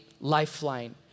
lifeline